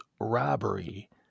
robbery